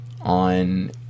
on